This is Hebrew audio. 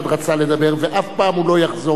ואף פעם הוא לא יחזור על אותם דברים.